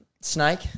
Snake